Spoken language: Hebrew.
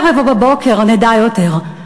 בערב או בבוקר נדע יותר,